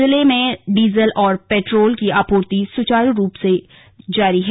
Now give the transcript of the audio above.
जिले में डीजल और पेट्रोल की आपूर्ति सुचारू रूप से जारी है